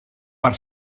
per